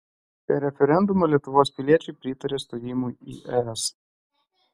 per referendumą lietuvos piliečiai pritarė stojimui į es